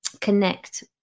connect